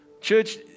Church